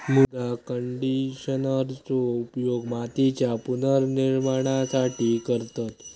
मृदा कंडिशनरचो उपयोग मातीच्या पुनर्निर्माणासाठी करतत